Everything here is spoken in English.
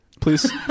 please